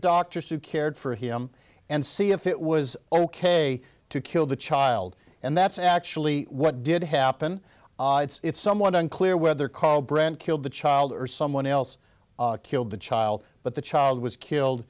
doctors who cared for him and see if it was ok to kill the child and that's actually what did happen it's somewhat unclear whether karl brandt killed the child or someone else killed the child but the child was killed